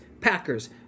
Packers